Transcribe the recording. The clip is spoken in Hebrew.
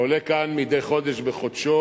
אתה עולה כאן מדי חודש בחודש,